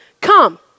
come